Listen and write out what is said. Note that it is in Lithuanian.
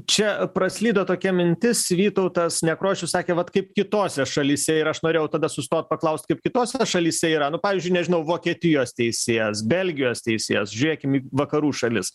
čia praslydo tokia mintis vytautas nekrošius sakė vat kaip kitose šalyse ir aš norėjau tada sustot paklaust kaip kitose šalyse yra nu pavyzdžiui nežinau vokietijos teisėjas belgijos teisėjas žiūrėkim į vakarų šalis